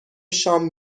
شام